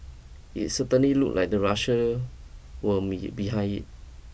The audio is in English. it certainly looked like the Russia were be behind it